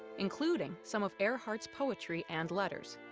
including some of earhart's poetry and letters.